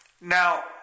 now